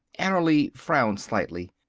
annerly frowned slightly.